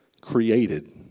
created